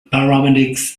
paramedics